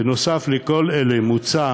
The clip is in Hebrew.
בנוסף לכל אלה, מוצע